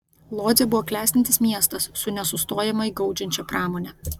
lodzė buvo klestintis miestas su nesustojamai gaudžiančia pramone